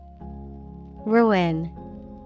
Ruin